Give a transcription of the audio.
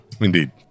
indeed